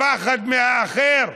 הפחד מהאחר.